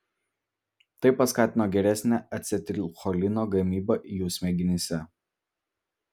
tai paskatino geresnę acetilcholino gamybą jų smegenyse